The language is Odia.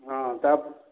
ହଁ ତ